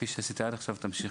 תמשיך